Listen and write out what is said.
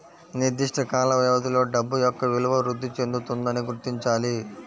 నిర్దిష్ట కాల వ్యవధిలో డబ్బు యొక్క విలువ వృద్ధి చెందుతుందని గుర్తించాలి